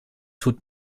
tut